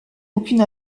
aucune